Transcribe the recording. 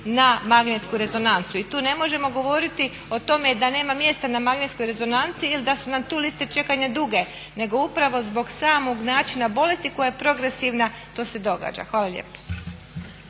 na magnetsku rezonancu i tu ne možemo govoriti o tome da nema mjesta na magnetskoj rezonanci ili da su nam tu liste čekanja duge, nego upravo zbog samog načina bolesti koja je progresivna to se događa. Hvala lijepa.